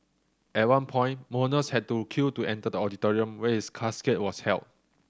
at one point mourners had to queue to enter the auditorium where his casket was held